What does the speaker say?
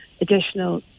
additional